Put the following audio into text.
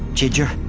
ginger,